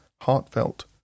heartfelt